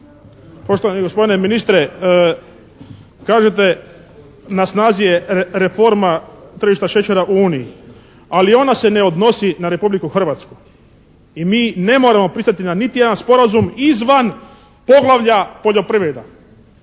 Poštovani gospodine ministre, kažete, na snazi je reforma tržišta šećera u Uniji, ali ona se ne odnosi na Republiku Hrvatsku i mi ne moramo pristati na niti jedan sporazum izvan poglavlja poljoprivreda